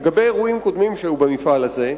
לגבי אירועים קודמים שהיו במפעל הזה,